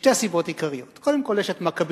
משתי סיבות עיקריות: קודם כול, יש מכבים-רעות,